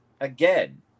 again